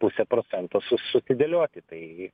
pusę procento susidėlioti tai